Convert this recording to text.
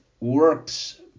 works